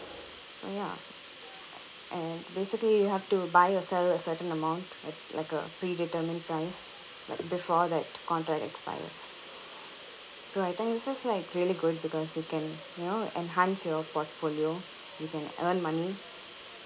so ya and basically you have to buy or sell a certain amount at like a predetermined price like before that contract expires so I think this is like really good because you can you know enhance your portfolio you can earn money